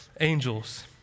angels